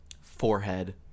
Forehead